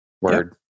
word